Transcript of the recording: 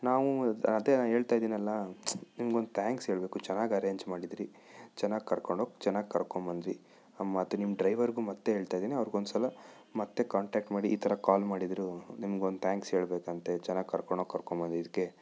ನಾವು ಅದೇ ನಾನು ಹೇಳ್ತಾಯಿದ್ದೀನಲ್ಲ ನಿಮ್ಗೊಂದು ಥ್ಯಾಂಕ್ಸ್ ಹೇಳಬೇಕು ಚೆನ್ನಾಗಿ ಅರೆಂಜ್ ಮಾಡಿದ್ದಿರಿ ಚೆನ್ನಾಗಿ ಕರ್ಕೊಂಡು ಹೋಗಿ ಚೆನ್ನಾಗಿ ಕರ್ಕೊಂಡು ಬಂದಿರಿ ಮತ್ತೆ ನಿಮ್ಮ ಡ್ರೈವರ್ಗೂ ಮತ್ತೆ ಹೇಳ್ತಾಯಿದ್ದೀನಿ ಅವ್ರಿಗೊಂದ್ಸಲ ಮತ್ತೆ ಕಾಂಟಾಕ್ಟ್ ಮಾಡಿ ಈ ಥರ ಕಾಲ್ ಮಾಡಿದ್ದರು ನಿಮ್ಗೊಂದು ಥ್ಯಾಂಕ್ಸ್ ಹೇಳಬೇಕಂತೆ ಚೆನ್ನಾಗಿ ಕರ್ಕೊಂಡು ಹೋಗಿ ಕರ್ಕೊಂಡು ಬಂದಿದ್ದಕ್ಕೆ ಅಂತ ಹೇಳಿದ್ರು